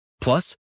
Plus